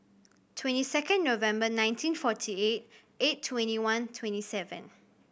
twenty second November nineteen forty eight eight twenty one twenty seven